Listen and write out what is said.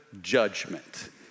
judgment